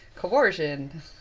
Coercion